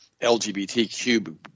LGBTQ